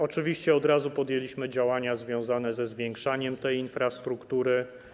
Oczywiście od razu podjęliśmy działania związane ze zwiększaniem tej infrastruktury.